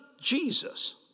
Jesus